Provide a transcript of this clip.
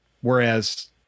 whereas